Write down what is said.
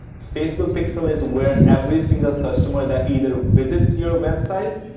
facebook pixel is where every single customer that either visits your website,